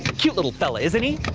cute little fella, isn't he?